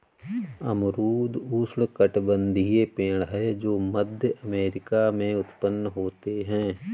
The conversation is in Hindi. अमरूद उष्णकटिबंधीय पेड़ है जो मध्य अमेरिका में उत्पन्न होते है